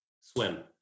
swim